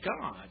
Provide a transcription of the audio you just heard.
God